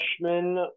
freshman